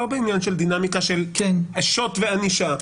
לא בעניין של דינמיקה של שוט וענישה,